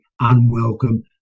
unwelcome